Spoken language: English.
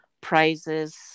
prizes